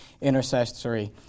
intercessory